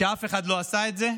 אף אחד לא עשה את זה,